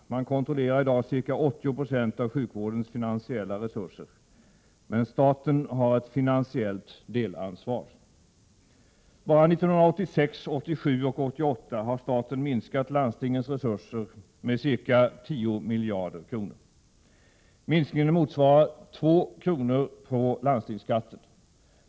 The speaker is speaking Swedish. Man kontrollerar i dag ca 80 Ze av sjukvårdens finansiella resurser. Men staten har ett finansiellt delansvar. Bara 1986, 1987 och 1988 har staten minskat landstingens resurser med ca 10 miljarder kronor. Minskningen motsvarar 2 kr. på landstingsskatten.